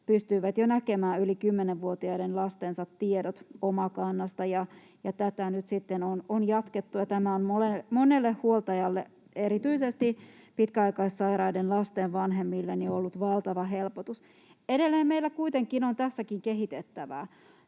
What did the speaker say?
pystyivät jo näkemään yli 10-vuotiaiden lastensa tiedot Omakannasta. Tätä nyt sitten on jatkettu, ja tämä on monelle huoltajalle, erityisesti pitkäaikaissairaiden lasten vanhemmille, ollut valtava helpotus. Edelleen meillä kuitenkin on tässäkin kehitettävää.